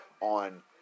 on